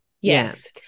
Yes